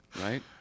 Right